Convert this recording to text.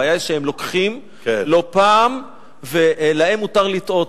הבעיה היא שהם לוקחים לא פעם, ולהם מותר לטעות.